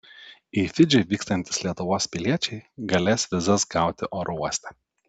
į fidžį vykstantys lietuvos piliečiai galės vizas gauti oro uoste